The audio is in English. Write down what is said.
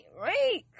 Right